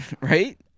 Right